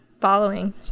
following